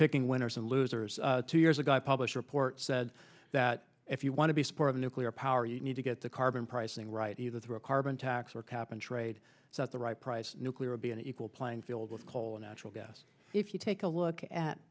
picking winners and losers two years ago a published report said that if you want to be support of nuclear power you need to get the carbon pricing right either through a carbon tax or cap and trade so at the right price nuclear be an equal playing field with coal and natural gas if you take a look at